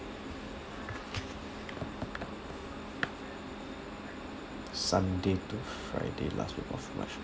sunday to friday last week of march